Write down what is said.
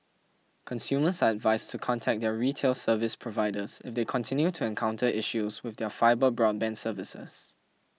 consumers advised to contact their retail service providers if they continue to encounter issues with their fibre broadband services